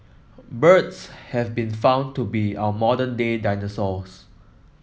birds have been found to be our modern day dinosaurs